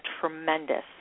tremendous